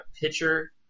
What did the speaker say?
pitcher